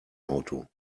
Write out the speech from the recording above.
auto